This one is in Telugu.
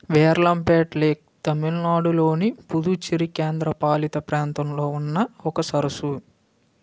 వేర్లంపేట్ లేక్ తమిళనాడు లోని పుదుచ్చేరి కేంద్రపాలిత ప్రాంతంలో ఉన్న ఒక సరస్సు